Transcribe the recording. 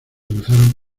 cruzaron